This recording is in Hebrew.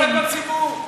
וזה גם לא עובד בציבור.